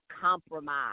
compromise